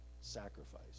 Sacrifice